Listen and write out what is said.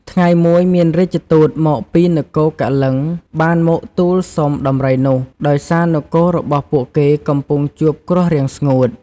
ថ្ងៃមួយ មានរាជទូតមកពីនគរកលិង្គបានមកទូលសុំដំរីនោះ ដោយសារនគររបស់ពួកគេកំពុងជួបគ្រោះរាំងស្ងួត។